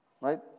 right